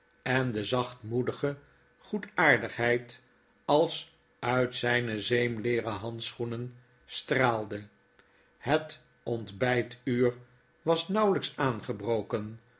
en de zachtmoedige goedaardigheid als uit zpe zeemleeren handschoenen straalde het ontbijtuur was nauwelflks aangebroken